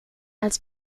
als